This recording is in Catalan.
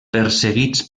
perseguits